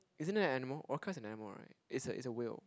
isn't that an animal orca is an animal right it's a it's a whale